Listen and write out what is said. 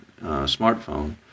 smartphone